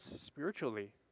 spiritually